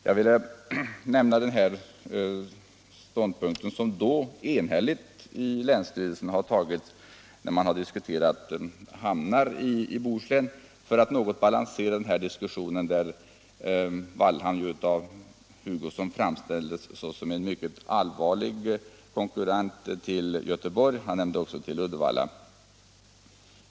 Jag vill föra fram den här ståndpunkten, som länsstyrelsen enhälligt intagit beträffande hamnar i Bohuslän, för att något balansera diskussionen, där herr Hugosson har framställt Wallhamn som en mycket allvarlig konkurrent till Göteborg och Uddevalla.